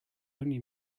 only